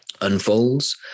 unfolds